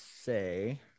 say